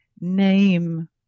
name